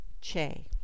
Che